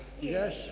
Yes